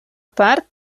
part